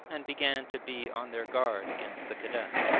and began to be on their guard against the cadet.